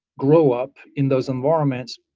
grow up in those environments,